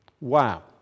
Wow